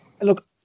look